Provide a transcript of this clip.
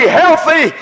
healthy